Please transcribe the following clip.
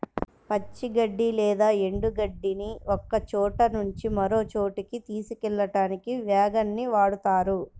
పచ్చి గడ్డి లేదా ఎండు గడ్డిని ఒకచోట నుంచి మరొక చోటుకి తీసుకెళ్ళడానికి వ్యాగన్ ని వాడుతారు